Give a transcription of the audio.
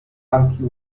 sanki